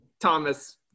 Thomas